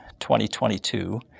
2022